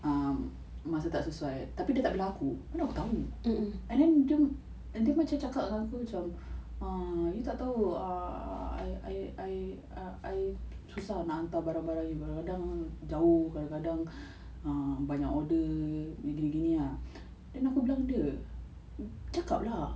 um masa tak sesuai tapi dia tak bilang aku mana aku tahu and then dia dia macam cakap dengan aku macam uh you tak tahu err I I err I susah nak hantar barang-barang you kadang-kadang jauh kadang-kadang banyak orders gini gini gini ah then aku bilang dia cakap lah